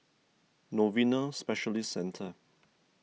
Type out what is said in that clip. Novena Specialist Centre